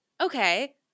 okay